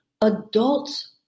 Adults